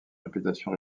réputation